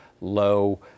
low